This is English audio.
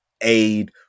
aid